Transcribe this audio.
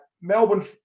Melbourne